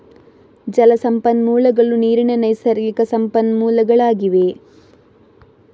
ಜಲ ಸಂಪನ್ಮೂಲಗಳು ನೀರಿನ ನೈಸರ್ಗಿಕ ಸಂಪನ್ಮೂಲಗಳಾಗಿವೆ